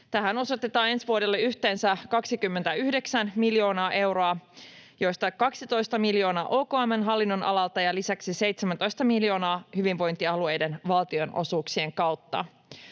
Tähän osoitetaan ensi vuodelle yhteensä 29 miljoonaa euroa, joista 12 miljoonaa OKM:n hallinnonalalta ja lisäksi 17 miljoonaa hyvinvointialueiden valtionosuuksien kautta.